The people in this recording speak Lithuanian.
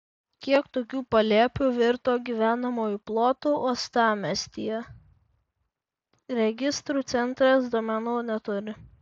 kiek tokių palėpių virto gyvenamuoju plotu uostamiestyje registrų centras duomenų neturi